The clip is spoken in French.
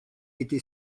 été